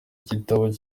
gitabo